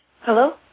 Hello